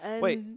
Wait